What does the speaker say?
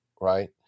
right